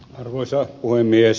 arvoisa puhemies